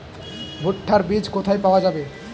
ভুট্টার বিজ কোথায় পাওয়া যাবে?